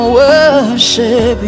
worship